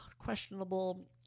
questionable